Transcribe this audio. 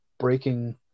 breaking